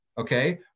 Okay